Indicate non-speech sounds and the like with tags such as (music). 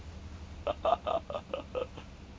(laughs)